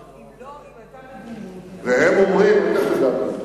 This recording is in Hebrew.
אם היתה מדיניות, שלא תטעו.